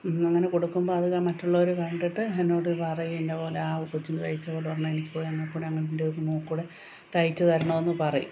അങ്ങനെ കൊടുക്കുമ്പം അതു ഞാൻ മറ്റുള്ളവർ കണ്ടിട്ട് എന്നോടു പറയും ഇന്ന പോലെ ആ കൊച്ചിനു തയ്ച്ച പോലെ ഒരെണ്ണം എനിക്കും ഞങ്ങൾക്കും അതുപോലെ എൻ്റെ മോൾക്ക് കൂടി തയ്ച്ചു തരണമെന്നു പറയും